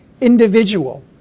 individual